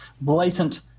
blatant